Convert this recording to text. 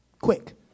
quick